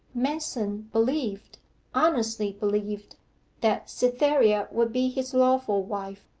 manston believed honestly believed that cytherea would be his lawful wife,